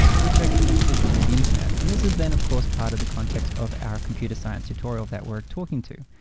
which are connected through the internet. and this is then of course, part of the context of our computer science tutorial that we're talking to.